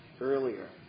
earlier